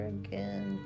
again